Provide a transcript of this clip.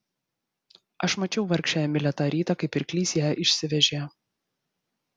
aš mačiau vargšę emilę tą rytą kai pirklys ją išsivežė